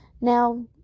Now